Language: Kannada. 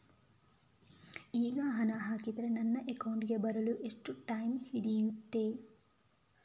ಈಗ ಹಣ ಹಾಕಿದ್ರೆ ನನ್ನ ಅಕೌಂಟಿಗೆ ಬರಲು ಎಷ್ಟು ಟೈಮ್ ಹಿಡಿಯುತ್ತೆ?